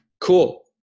Cool